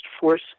force